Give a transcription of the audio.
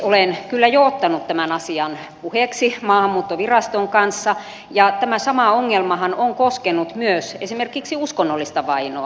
olen kyllä jo ottanut tämän asian puheeksi maahanmuuttoviraston kanssa ja tämä sama ongelmahan on koskenut myös esimerkiksi uskonnollista vainoa